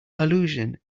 allusion